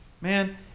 Man